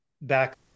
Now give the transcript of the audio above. back